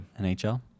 NHL